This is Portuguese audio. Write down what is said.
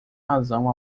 razão